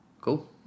Cool